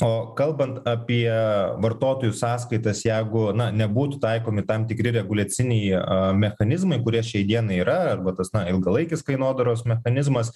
o kalbant apie vartotojų sąskaitas jeigu na nebūtų taikomi tam tikri reguliaciniai mechanizmai kurie šiai dienai yra arba tas ilgalaikis kainodaros mechanizmas